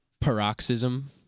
paroxysm